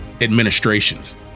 administrations